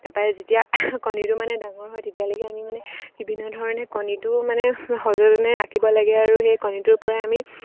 তাৰপৰা এই যেতিয়া কণীটো মানে ডাঙৰ হয় তেতিয়ালৈকে আমি মানে বিভিন্ন ধৰণে কণীটো মানে সযতনে ৰাখিব লাগে আৰু সেই কণীটোৰ পৰাই আমি